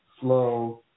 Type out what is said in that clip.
slow